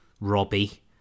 Robbie